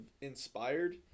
inspired